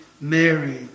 Mary